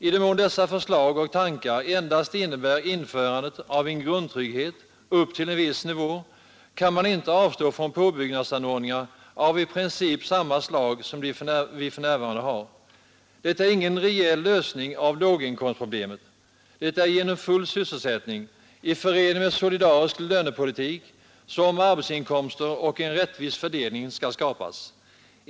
I den mån dessa förslag och tankar endast innebär införandet av en grundtrygghet upp till en viss nivå kan man inte avstå från påbyggnadsanordningar av i princip samma slag som de vi för närvarande har. Detta är ingen reell lösning av låginkomstproblemet. Det är genom full sysselsättning i förening med solidarisk lönepolitik som arbetsinkomster och en rättvis fördelning skall skapas.